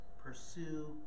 pursue